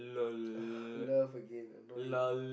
ugh love again annoying